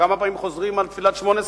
כמה פעמים חוזרים על תפילת שמונה-עשרה?